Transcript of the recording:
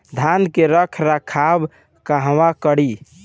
धान के रख रखाव कहवा करी?